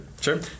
sure